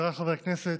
חבריי חברי הכנסת,